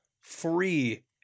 free